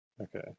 Okay